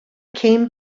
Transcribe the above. came